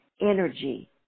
energy